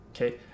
okay